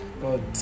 God